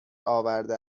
آورده